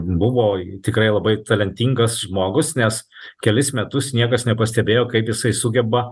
buvo tikrai labai talentingas žmogus nes kelis metus niekas nepastebėjo kaip jisai sugeba